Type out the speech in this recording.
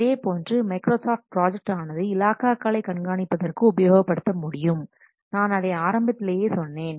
இதேபோன்று Microsoft project ஆனது இலாகாக்களை கண்காணிப்பதற்கு உபயோகப்படுத்த முடியும் நான் அதை ஆரம்பத்திலேயே சொன்னேன்